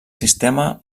sistema